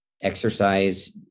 exercise